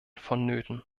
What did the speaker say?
vonnöten